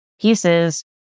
pieces